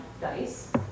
dice